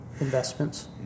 investments